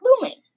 booming